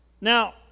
Now